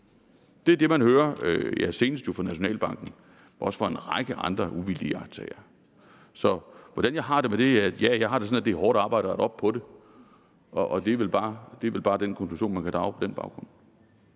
Det er det, vi hører, senest jo fra Nationalbanken og også fra en række andre uvildige iagttagere. Så hvordan jeg har det med det? Ja, jeg har det sådan, at det er hårdt arbejde at rette op på det, og det er vel bare den konklusion, der kan drages på den baggrund.